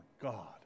God